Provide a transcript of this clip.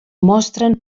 mostren